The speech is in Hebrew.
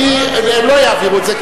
הם לא יעבירו את זה,